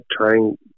trying